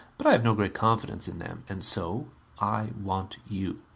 but i have no great confidence in them. and so i want you.